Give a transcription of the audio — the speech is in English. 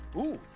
ooh!